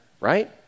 right